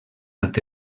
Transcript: alt